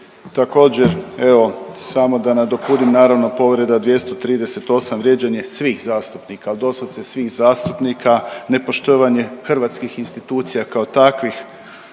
Također evo samo da nadopunim, naravno povreda 238. vrijeđanje svih zastupnika. Ali doslovce svih zastupnika, nepoštovanje hrvatskih institucija kao takvih,